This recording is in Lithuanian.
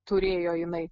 turėjo jinai